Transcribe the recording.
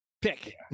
pick